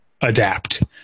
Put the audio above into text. adapt